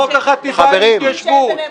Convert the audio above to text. חוק החטיבה להתיישבות,